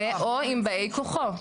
ו/או עם באי כוחו.